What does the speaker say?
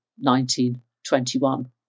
1921